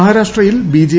മഹാരാഷ്ട്രയിൽ ബിട്ജെ